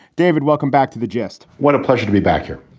david, welcome back to the gist. what a pleasure to be back here.